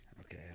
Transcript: okay